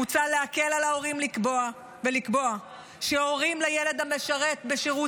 מוצע להקל על ההורים ולקבוע שהורים לילד המשרת בשירות